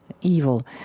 evil